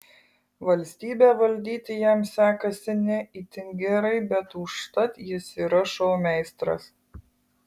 valstybę valdyti jam sekasi ne itin gerai bet užtat jis yra šou meistras